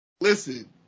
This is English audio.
listen